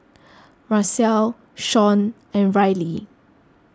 Marcelle Shon and Rillie